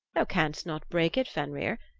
thou canst not break it, fenrir,